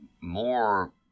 more